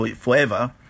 forever